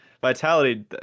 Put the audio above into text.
vitality